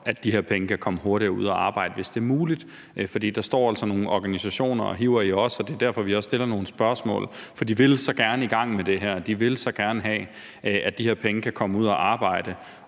at de her penge kan komme hurtigere ud at arbejde, hvis det er muligt. For der står altså nogle organisationer og hiver i os, og det er derfor, vi også stiller nogle spørgsmål, for de vil så gerne i gang med det her, og de vil så gerne have, at de her penge kan komme ud at arbejde.